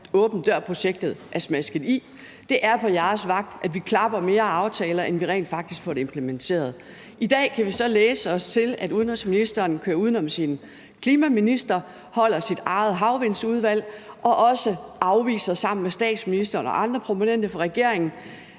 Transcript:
at åben dør-ordningen er smækket i; det er på jeres vagt, at vi klapper mere ad aftaler, end vi rent faktisk får dem implementeret. I dag kan vi så læse os til, at udenrigsministeren kører uden om sin klimaminister, holder sit eget havvindsudvalg og afviser også sammen med statsministeren og andre prominente personer fra regeringen